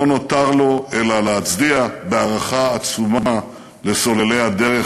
לא נותר לו אלא להצדיע בהערכה עצומה לסוללי הדרך.